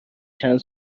چند